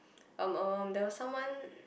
um um um there was someone